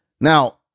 Now